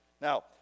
now